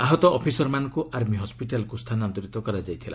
ଆହତ ଅଫିସରମାନଙ୍କୁ ଆର୍ମୀ ହସ୍କିଟାଲ୍କୁ ସ୍ଥାନାନ୍ତରିତ କରାଯାଇଥିଲା